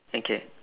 okay